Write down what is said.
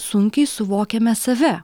sunkiai suvokiame save